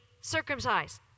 circumcised